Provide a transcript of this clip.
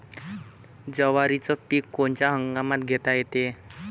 जवारीचं पीक कोनच्या हंगामात घेता येते?